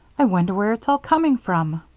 i wonder where it's all coming from.